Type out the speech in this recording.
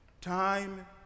time